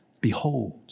Behold